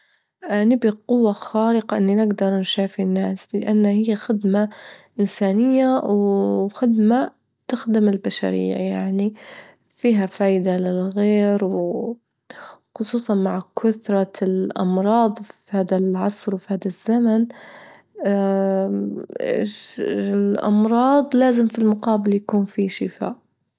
نبي قوة خارقة اللي نجدر نشافي الناس، لأن هي خدمة إنسانية، وخدمة تخدم البشرية، يعني فيها فايدة للغير وخصوصا مع كثرة الأمراض في هدا العصر وفي هدا الزمن، ش- الأمراض لازم في المقابل يكون فيه شفاء.